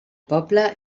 poble